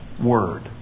word